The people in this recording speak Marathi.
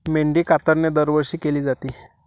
मेंढी कातरणे दरवर्षी केली जाते